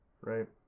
right